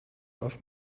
auf